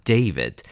David